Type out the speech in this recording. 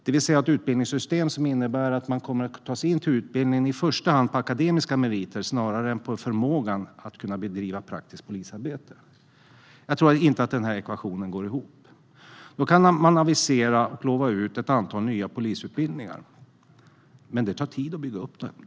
Det blir ett utbildningssystem som innebär att man kommer att antas till utbildningen i första hand på akademiska meriter snarare än för sin förmåga att bedriva praktiskt polisarbete. Jag tror inte att den ekvationen går ihop. Man kan avisera och utlova ett antal nya polisutbildningar, men det tar tid att bygga upp dessa.